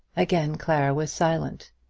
again clara was silent.